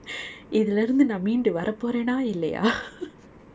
இதுலை இருந்து நா மீண்டு வர போறேனா இல்லையா:ithulae irunthu naa meendu varaporaena illaiyaa